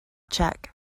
check